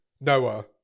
Noah